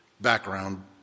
background